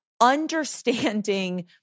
understanding